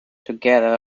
together